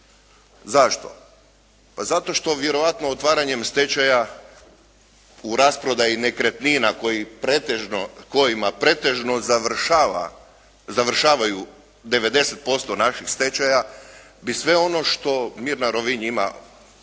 Zašto? Pa zato što vjerojatno otvaranjem stečaja u raspodjeli nekretnina kojima pretežno završavaju 90% naših stečaja, bi sve ono što "Mirna" Rovinj ima u svojoj